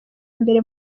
mbere